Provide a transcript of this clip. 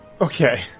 Okay